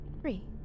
three